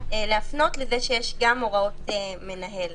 להפנות לזה שיש גם הוראות מנהל